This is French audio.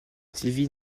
sylvie